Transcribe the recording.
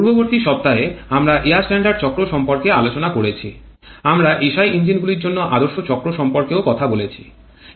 পূর্ববর্তী সপ্তাহে আমরা এয়ার স্ট্যান্ডার্ড চক্র সম্পর্কে আলোচনা করেছি আমরা এসআই ইঞ্জিনগুলির জন্য আদর্শ চক্র সম্পর্কেও কথা বলেছি